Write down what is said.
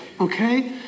Okay